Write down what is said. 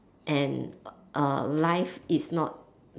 and err life is not